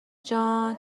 جان